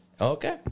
Okay